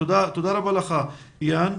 תודה רבה לך, יאן.